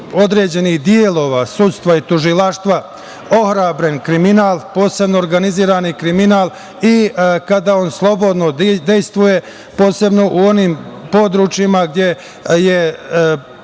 određenih delova sudstva i tužilaštva ohrabren kriminal, posebno organizirani kriminal i kada on slobodno dejstvuje, posebno u onim područjima gde je